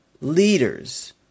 leaders